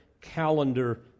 calendar